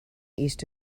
east